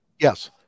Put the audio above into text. Yes